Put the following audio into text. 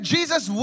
Jesus